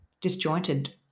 disjointed